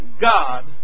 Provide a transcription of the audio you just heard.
God